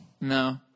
No